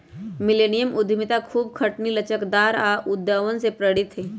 millennium उद्यमिता खूब खटनी, लचकदार आऽ उद्भावन से प्रेरित हइ